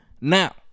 Now